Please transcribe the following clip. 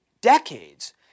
decades